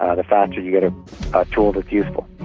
ah the faster you get a ah tool that's useful.